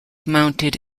mounted